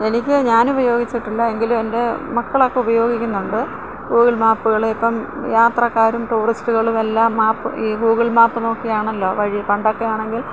എനിക്ക് ഞാനുപയോഗിച്ചിട്ടില്ല എങ്കിലും എൻ്റെ മക്കളൊക്കെ ഉപയോഗിക്കുന്നുണ്ട് ഗൂഗിൾ മാപ്പുകള് ഇപ്പം യാത്രക്കാരും ടൂറിസ്റ്റുകളുമെല്ലാം മാപ്പ് ഈ ഗൂഗിൾ മാപ്പ് നോക്കിയാണല്ലോ വഴി പണ്ടൊക്കെ ആണെങ്കിൽ